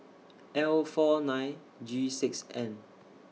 L four nine G six N